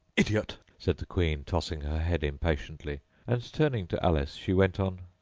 idiot! said the queen, tossing her head impatiently and, turning to alice, she went on,